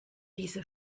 diese